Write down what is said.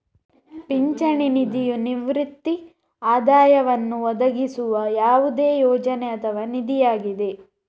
ಪಿಂಚಣಿ ನಿಧಿಯು ನಿವೃತ್ತಿ ಆದಾಯವನ್ನು ಒದಗಿಸುವ ಯಾವುದೇ ಯೋಜನೆ ಅಥವಾ ನಿಧಿಯಾಗಿದೆ